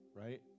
right